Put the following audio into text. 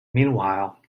meanwhile